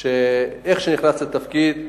כשנכנסת לתפקיד,